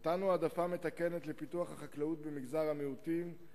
נתנו העדפה מתקנת לפיתוח החקלאות במגזר המיעוטים,